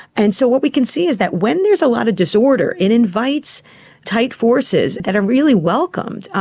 and so what we can see is that when there's a lot of disorder, it invites tight forces that are really welcomed.